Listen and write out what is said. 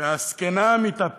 והזקנה מתאפרת.